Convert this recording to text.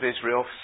Israel